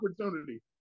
opportunity